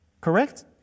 Correct